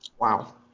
Wow